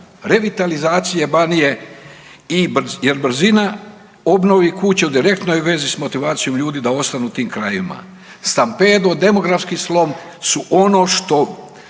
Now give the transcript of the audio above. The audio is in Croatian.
revitalizacije Banije, jer je brzina obnove kuća u direktnoj vezi s motivacijom ljudi da ostanu u tim krajevima. Stampedo demokratski slom su ono što